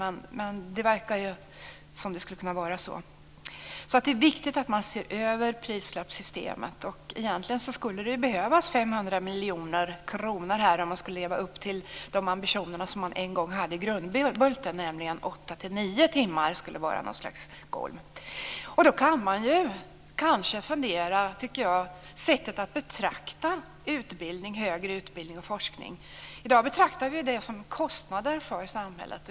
Men det verkar som om det skulle kunna vara så. Det är viktigt att man ser över prislappssystemet. Egentligen skulle det behövas 500 miljoner kronor, om man ska leva upp till de ambitioner man en gång hade i Grundbulten. Där sades att 8 9 timmar skulle vara ett golv. Man kan fundera över sättet att betrakta högre utbildning och forskning. I dag betraktar vi det som kostnader för samhället.